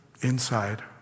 inside